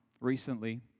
recently